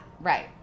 right